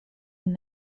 and